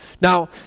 Now